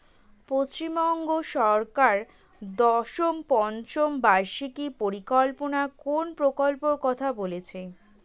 পশ্চিমবঙ্গ সরকার দশম পঞ্চ বার্ষিক পরিকল্পনা কোন প্রকল্প কথা বলেছেন?